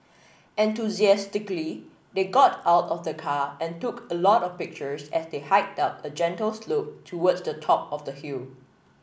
enthusiastically they got out of the car and took a lot of pictures as they hiked up a gentle slope towards the top of the hill